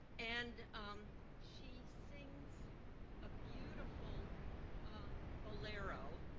and um she sings a beautiful um bolero.